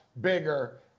bigger